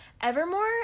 Evermore